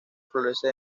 florece